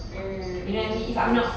mm mm mm